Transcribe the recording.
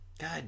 God